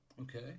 okay